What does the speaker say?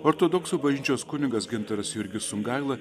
ortodoksų bažnyčios kunigas gintaras jurgis sungaila